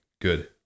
Good